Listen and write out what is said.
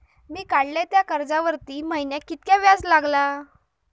मी काडलय त्या कर्जावरती महिन्याक कीतक्या व्याज लागला?